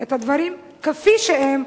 את הדברים כפי שהם,